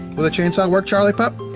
will the chainsaw work, charlie pup?